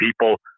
people